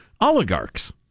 oligarchs